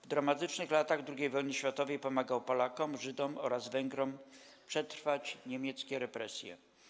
W dramatycznych latach II wojny światowej pomagał Polakom, Żydom oraz Węgrom przetrwać niemieckie represje.